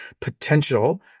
potential